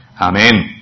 Amen